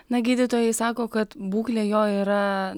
na gydytojai sako kad būklė jo yra